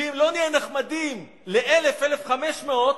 ואם לא נהיה נחמדים ל-1,000 1,500,